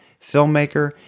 filmmaker